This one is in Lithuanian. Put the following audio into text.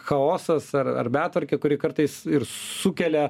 chaosas ar ar betvarkė kuri kartais ir sukelia